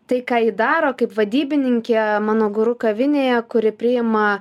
tai ką ji daro kaip vadybininkė mano guru kavinėje kuri priima